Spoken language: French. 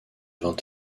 vingt